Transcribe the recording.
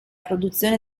produzione